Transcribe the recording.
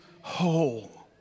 whole